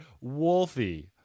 Wolfie